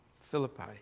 Philippi